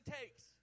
takes